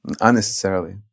unnecessarily